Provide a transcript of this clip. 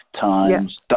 times